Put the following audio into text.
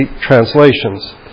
translations